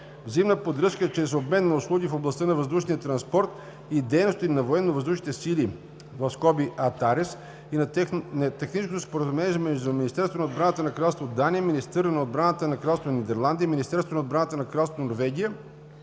взаимна поддръжка чрез обмен на услуги в областта на въздушния транспорт и дейности на военновъздушните сили (ATARES) и на Техническо споразумение между Министерството на отбраната на кралство Дания, министъра на отбраната на Кралство Нидерландия, Министерството на отбраната на Кралство Норвегия